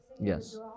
yes